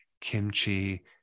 kimchi